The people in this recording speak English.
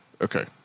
Okay